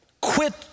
Quit